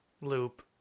loop